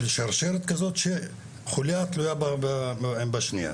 של שרשרת כזאת שחוליה תלויה בשנייה,